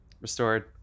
Restored